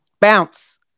bounce